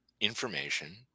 information